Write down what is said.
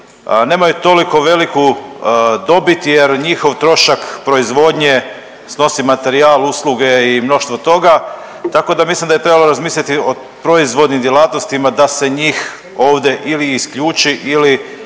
nemaju toliko veliku dobit jer njihov trošak proizvodnje snosi materijal, usluge i mnoštvo toga, tako da mislim da bi trebalo razmisliti o proizvodnim djelatnostima da se njih ovdje ili isključi ili